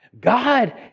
God